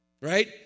Right